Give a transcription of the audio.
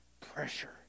pressure